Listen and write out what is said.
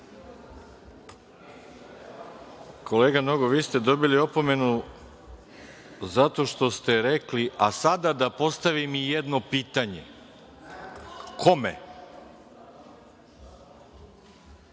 Kolega Nogo, vi ste dobili opomenu zato što ste rekli – a sada da postavim i jedno pitanje. Kome?